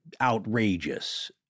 outrageous